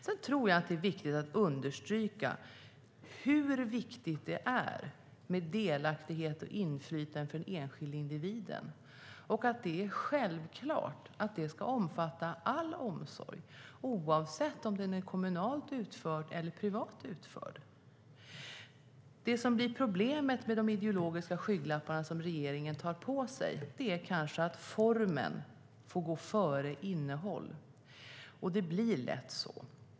Sedan tror jag att det är viktigt att understryka hur betydelsefullt det är med delaktighet och inflytande för den enskilda individen och att det är självklart att det ska omfatta all omsorg, oavsett om den är kommunalt eller privat utförd. Det som blir problemet med de ideologiska skygglappar regeringen tar på sig är kanske att form får gå före innehåll. Det blir lätt så.